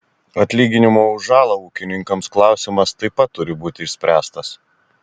atlyginimo už žalą ūkininkams klausimas taip pat turi būti išspręstas